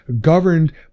governed